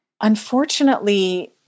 Unfortunately